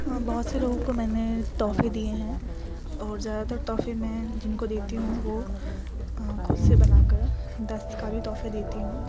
بہت سے لوگوں کو میں نے تحفے دیئے ہیں اور زیادہ تر تحفے میں جن کو دیتی ہوں وہ کھود سے بنا کر دستکاری تحفے دیتی ہوں